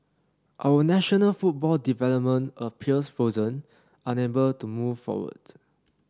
our national football development appears frozen unable to move forward